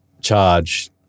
charge